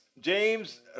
James